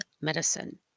medicine